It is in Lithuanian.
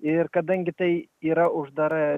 ir kadangi tai yra uždara